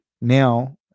now